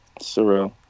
Surreal